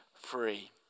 free